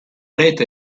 rete